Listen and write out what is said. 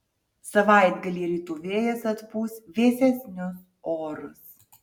savaitgalį rytų vėjas atpūs vėsesnius orus